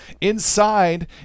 Inside